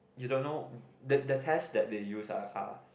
you don't know the the test that they use are are